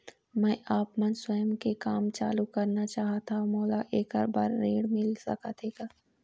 मैं आपमन स्वयं के काम चालू करना चाहत हाव, मोला ऐकर बर ऋण मिल सकत हे का?